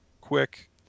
quick